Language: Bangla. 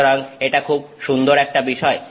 সুতরাং এটা খুব সুন্দর একটা বিষয়